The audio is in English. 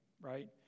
right